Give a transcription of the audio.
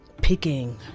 Picking